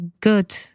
good